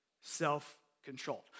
self-controlled